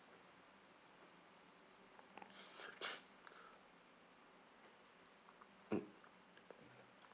mm